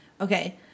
Okay